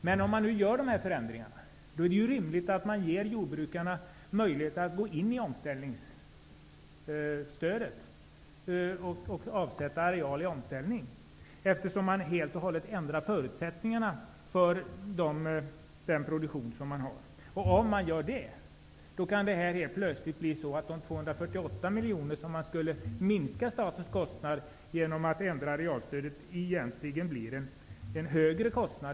Men om man nu gör dessa förändringar, är det rimligt att man ger jordbrukarna möjlighet att gå in i omställningsstödet och avsätta areal i omställning eftersom förutsättningarna för den produktion som man har helt och hållet ändras. Om detta sker kan det helt plötsligt bli så att de 248 miljoner som statens kostnader skulle minskas med genom att arealstödet ändras, egentligen blir en högre kostnad.